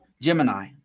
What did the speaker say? Gemini